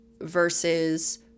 versus